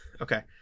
okay